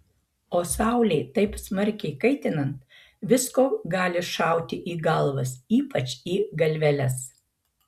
o saulei taip smarkiai kaitinant visko gali šauti į galvas ypač į galveles